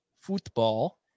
football